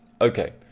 Okay